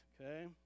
Okay